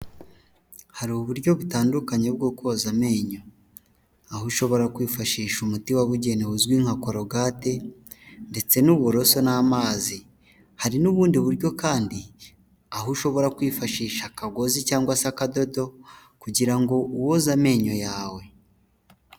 Hari uburyo butandukanye bwo koza amenyo, aho ushobora kwifashisha umuti wabugeniwe uzwi nka corogate, ndetse n'uburoso n'amazi. Hari n'ubundi buryo kandi, aho ushobora kwifashisha akagozi cyangwa se akadodo, kugira ngo woze amenyo yawe.